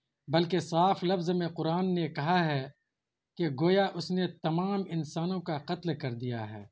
بلکہ صاف لفظ میں قرآن نے کہا ہے کہ گویا اس نے تمام انسانوں کا قتل کر دیا ہے